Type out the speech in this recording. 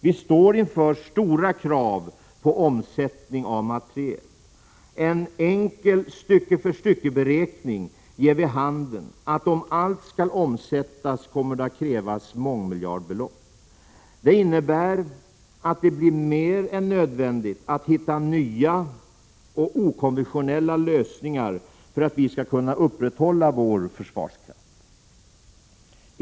Vi står inför stora krav på omsättning av materiel. En enkel stycke-för-stycke-beräkning ger vid handen att om allt skall omsättas kommer det att krävas mångmiljardbelopp. Det innebär att det blir mer än nödvändigt att hitta nya och okonventionella lösningar för att vi skall kunna upprätthålla vår försvarskraft.